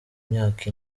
myaka